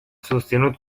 susținut